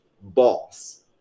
boss